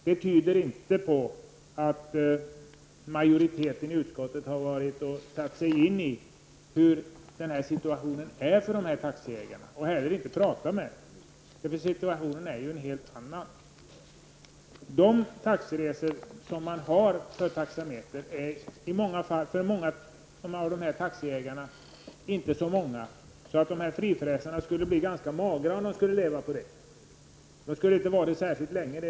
Det tyder på att majoriteten i utskottet inte har satt sig in i hur situationen är för de här taxiägarna, och heller inte har pratat med dem. Situationen är ju en helt annan. Det rör sig inte om något större antal, så ''frifräsarna'' skulle nog bli ganska magra om de hade att leva på det här. Jag är övertygad om att de inte skulle hålla på särskilt länge.